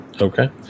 Okay